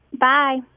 Bye